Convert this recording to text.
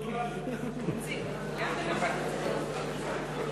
נא לשבת, חברים,